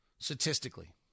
Statistically